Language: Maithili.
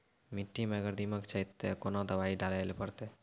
मिट्टी मे अगर दीमक छै ते कोंन दवाई डाले ले परतय?